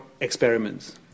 experiments